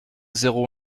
zéro